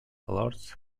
lords